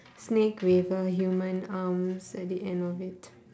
snake with uh human arms at the end of it